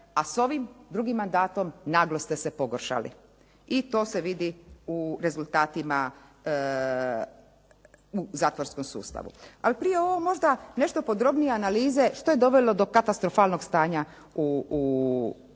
a s ovim drugim mandatom naglo ste se pogoršali. I tu se vidi u rezultatima u zatvorskom sustavu. Ali prije ovo možda podrobnije analize, što je dovelo do katastrofalnog stanja u